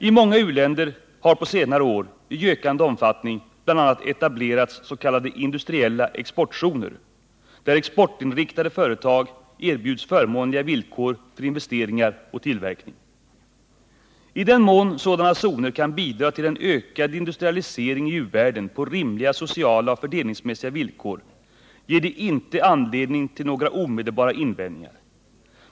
I många u-länder har på senare år i ökande omfattning bl.a. etablerats s.k. industriella exportzoner där exportinriktade företag erbjuds förmånliga villkor för investeringar och tillverkning. I den mån sådana zoner kan bidra till en ökad industrialisering i u-världen på rimliga sociala och fördelningsmässiga villkor ger de inte anledning till några omedelbara invändningar.